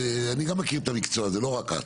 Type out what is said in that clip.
אני גם מכיר את המקצוע הזה, לא רק את.